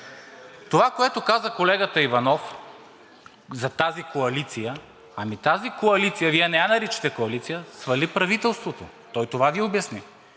Това, което каза колегата Иванов за тази коалиция, ами тази коалиция, Вие не я наричате коалиция – свали правителството. Той това Ви обясни.